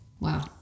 Wow